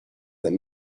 that